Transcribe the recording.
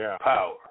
power